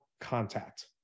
contact